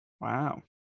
Wow